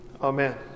Amen